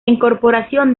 incorporación